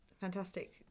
fantastic